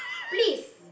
please